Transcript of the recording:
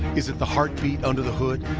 is it the heart beat under the hood?